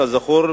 כזכור,